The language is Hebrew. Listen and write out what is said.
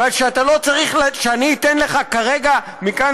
ושאתה לא צריך שאני אתן לך כרגע מכאן,